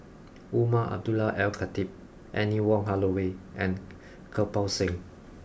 Umar Abdullah Al Khatib Anne Wong Holloway and Kirpal Singh